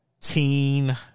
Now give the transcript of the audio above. Teen